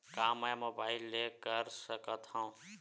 का मै मोबाइल ले कर सकत हव?